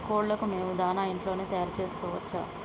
కోళ్లకు మేము దాణా ఇంట్లోనే తయారు చేసుకోవచ్చా?